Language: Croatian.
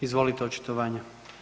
Izvolite očitovanje.